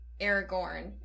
Aragorn